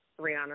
Rihanna